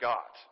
God